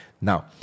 Now